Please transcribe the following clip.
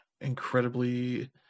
incredibly